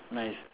nice